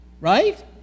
right